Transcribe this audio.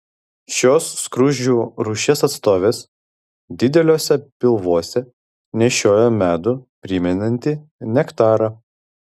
šios skruzdžių rūšies atstovės dideliuose pilvuose nešioja medų primenantį nektarą